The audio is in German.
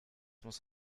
muss